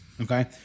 okay